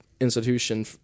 institution